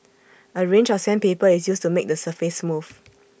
A range of sandpaper is used to make the surface smooth